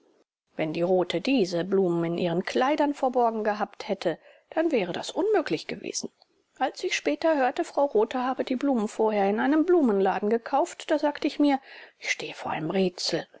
wenn die rothe diese blumen in ihren kleidern verborgen gehabt hätte dann wäre das unmöglich gewesen als ich später hörte frau rothe habe die blumen vorher in einem blumenladen gekauft da sagte ich mir ich stehe vor einem rätsel